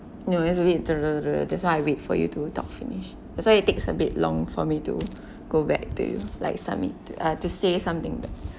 no that's why I wait for you to talk finish that's why it takes a bit long for me to go back to like submit uh to say something